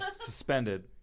Suspended